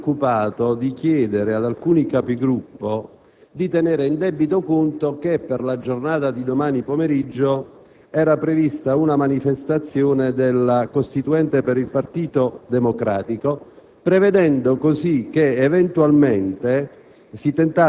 mi ero premurato di chiedere ad alcuni Capigruppo di tenere in debito conto il fatto che per la giornata di domani pomeriggio è prevista una manifestazione della Costituente per il partito democratico, onde tentare, eventualmente,